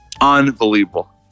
Unbelievable